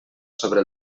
sobre